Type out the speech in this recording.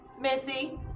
Missy